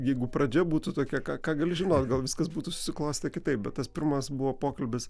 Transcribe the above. jeigu pradžia būtų tokia ką ką gali žinot gal viskas būtų susiklostę kitaip bet tas pirmas buvo pokalbis